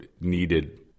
needed